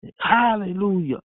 Hallelujah